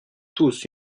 tous